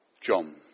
John